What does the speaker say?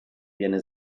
viene